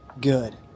good